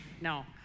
No